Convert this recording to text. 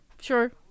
Sure